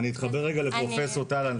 אני אתחבר רגע לפרופ' טל.